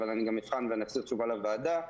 אבל אני גם אבחן ואחזיר תשובה לוועדה.